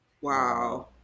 Wow